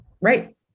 Right